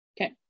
okay